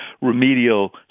remedial